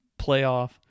playoff